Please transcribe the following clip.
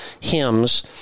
hymns